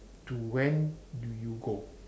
to when do you go